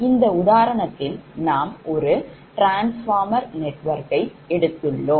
இந்த உதாரணத்தில் நாம் ஒரு ட்ரான்ஸ்ஃபார்மர் நெட்வொர்க்கை எடுத்துள்ளோம்